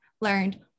learned